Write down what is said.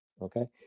okay